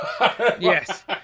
yes